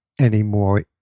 anymore